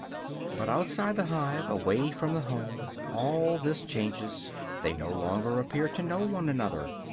but outside the hive, away from the home, all this changes they no longer appear to know one another.